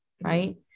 Right